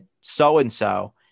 so-and-so